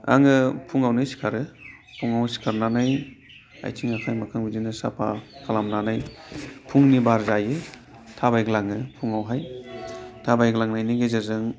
आङो फुङावनो सिखारो फुङाव सिखारनानै आइथिं आखाइ मोखां बिदिनो साफा खालामनानै फुंनि बार जायो थाबायग्लाङो फुङावहाय थाबायग्लांनायनि गेजेरजों